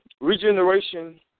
regeneration